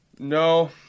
no